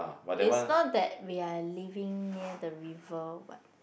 is not that we are living near the river what